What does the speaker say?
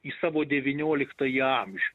į savo devynioliktąjį amžių